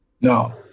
No